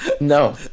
No